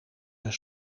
zijn